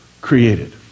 created